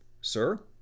Sir